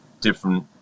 different